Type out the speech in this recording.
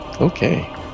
Okay